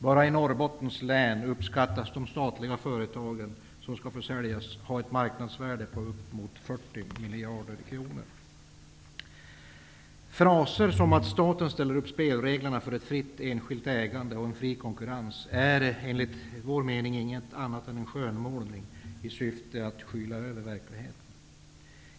Bara i Norrbottens län uppskattas de statliga företagen som skall försäljas ha ett maknadsvärde på ca 40 Fraser som att staten ställer upp spelreglerna för ett fritt enskilt ägande och en fri konkurrens är inget annat än en skönmålning i syfte att skyla över verkligheten.